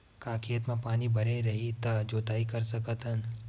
का खेत म पानी भरे रही त जोताई कर सकत हन?